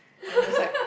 I'm just like